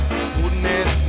Goodness